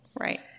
Right